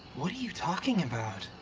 what are you talking about?